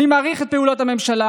אני מעריך את פעולות הממשלה